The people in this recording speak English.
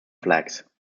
flags